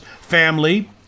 family